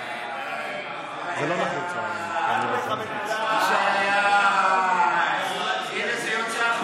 זה לא נחוץ, הינה, זה יוצא החוצה.